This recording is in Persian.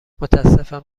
متاسفم